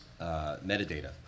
metadata